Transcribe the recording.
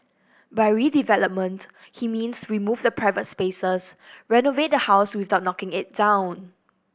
by redevelopment he means remove the private spaces renovate the house without knocking it down